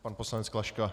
Pan poslanec Klaška.